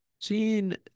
seeing